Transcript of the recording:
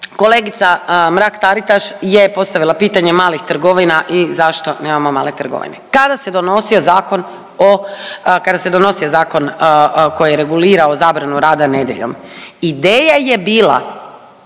kolegica Mrak Taritaš je postavila pitanje malih trgovina i zašto nemamo male trgovine? Kada se donosio zakon koji je regulirao zabranu rada nedjeljom ideja je bila